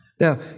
Now